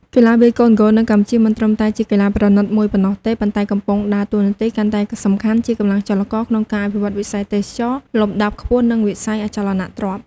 កីឡាវាយកូនហ្គោលនៅកម្ពុជាមិនត្រឹមតែជាកីឡាប្រណីតមួយប៉ុណ្ណោះទេ ប៉ុន្តែកំពុងដើរតួនាទីកាន់តែសំខាន់ជាកម្លាំងចលករក្នុងការអភិវឌ្ឍវិស័យទេសចរណ៍លំដាប់ខ្ពស់ និងវិស័យអចលនទ្រព្យ។